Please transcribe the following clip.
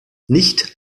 nicht